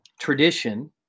tradition